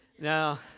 Now